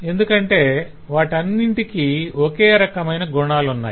ఎందుకంటే వాటన్నింటికీ ఒకే రకమైన గుణాలున్నాయి